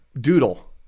Doodle